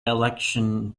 election